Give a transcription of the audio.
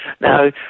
Now